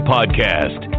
Podcast